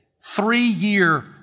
three-year